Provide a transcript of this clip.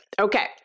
Okay